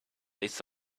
this